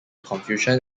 confucian